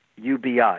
UBI